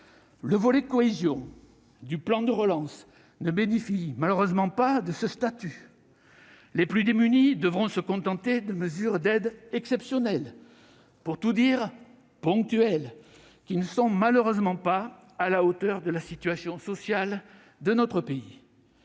le volet « cohésion » du plan de relance ne bénéficie pas de ce statut. Les plus démunis devront se contenter de mesures d'aide exceptionnelles et, pour tout dire, ponctuelles, qui ne sont malheureusement pas à la hauteur de la situation sociale de notre pays.